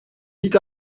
niet